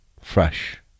fresh